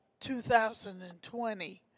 2020